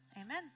amen